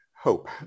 hope